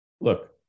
look